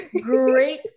great